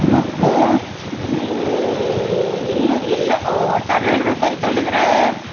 ಮತ್ತು ಇನ್ನು ಇಲ್ಲ ಒಟ್ಟಾರೆ ಹೇಳ್ಬೇಕಂತೇಳಿದ್ರೆ